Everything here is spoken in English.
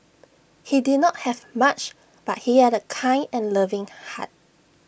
he did not have much but he had A kind and loving heart